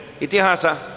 Itihasa